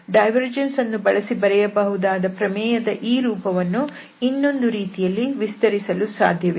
divergence ಅನ್ನು ಬಳಸಿ ಬರೆಯಬಹುದಾದ ಪ್ರಮೇಯದ ಈ ರೂಪವನ್ನು ಇನ್ನೊಂದು ರೀತಿಯಲ್ಲಿ ವಿಸ್ತರಿಸಲು ಸಾಧ್ಯವಿದೆ